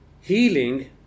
Healing